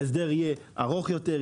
ההסדר יהיה ארוך יותר,